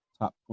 top